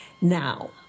Now